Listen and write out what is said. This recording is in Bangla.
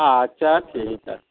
আচ্ছা আচ্ছা